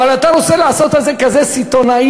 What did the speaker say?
אבל אתה רוצה לעשות את זה כזה סיטוני,